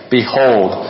Behold